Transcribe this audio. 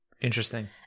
Interesting